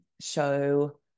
show